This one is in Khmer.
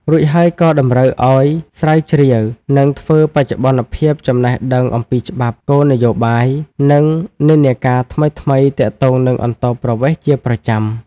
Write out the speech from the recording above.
រួចហើយក៏តម្រូវឱ្យ ស្រាវជ្រាវ និងធ្វើបច្ចុប្បន្នភាពចំណេះដឹងអំពីច្បាប់ គោលនយោបាយ និងនិន្នាការថ្មីៗទាក់ទងនឹងអន្តោប្រវេសន៍ជាប្រចាំ។